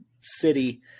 city